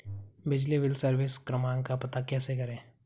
बिजली bill service क्रमांक का पता कैसे करें?